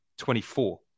24